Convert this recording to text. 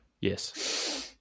Yes